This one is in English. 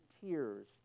tears